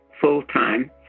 full-time